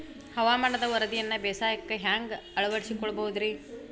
ಹವಾಮಾನದ ವರದಿಯನ್ನ ಬೇಸಾಯಕ್ಕ ಹ್ಯಾಂಗ ಅಳವಡಿಸಿಕೊಳ್ಳಬಹುದು ರೇ?